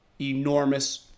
enormous